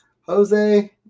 Jose